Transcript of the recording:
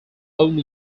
own